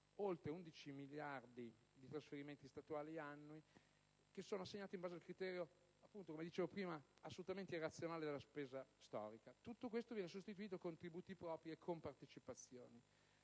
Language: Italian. oltre 11 miliardi di trasferimenti statali annui, assegnati, come dicevo prima, in base al criterio, assolutamente irrazionale, della spesa storica. Tutto questo viene sostituito con tributi propri e compartecipazioni.